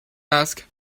ask